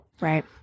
Right